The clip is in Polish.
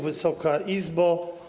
Wysoka Izbo!